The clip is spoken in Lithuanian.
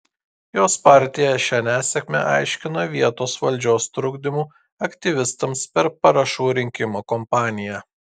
jos partija šią nesėkmę aiškina vietos valdžios trukdymu aktyvistams per parašų rinkimo kampaniją